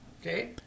Okay